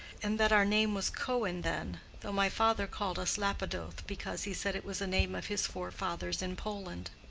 and that our name was cohen then, though my father called us lapidoth, because, he said, it was a name of his forefathers in poland.